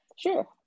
Sure